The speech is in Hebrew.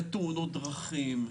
בתאונות דרכים,